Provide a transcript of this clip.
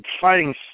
fighting